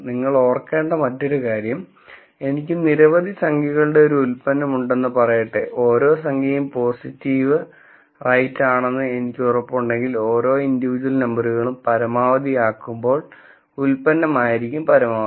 നിങ്ങൾ ഓർക്കേണ്ട മറ്റൊരു കാര്യം എനിക്ക് നിരവധി സംഖ്യകളുടെ ഒരു ഉൽപ്പന്നം ഉണ്ടെന്ന് പറയട്ടെ ഓരോ സംഖ്യയും പോസിറ്റീവ് റൈറ്റ് ആണെന്ന് എനിക്ക് ഉറപ്പുണ്ടെങ്കിൽ ഓരോ ഇന്റിവിജ്വൽ നമ്പറുകളും പരമാവധിയാക്കുമ്പോൾ ഉൽപ്പന്നം ആയിരിക്കും പരമാവധി